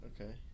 okay